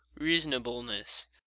reasonableness